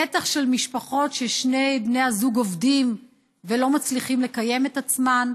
בטח של משפחות שבהן שני בני הזוג עובדים ולא מצליחים לקיים את עצמם,